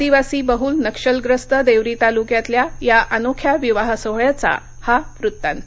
आदिवासी बहुल नक्षलग्रस्त देवरी तालुक्यातल्या या अनोख्या विवाह सोहळ्याचा हा वृत्तांत